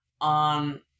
on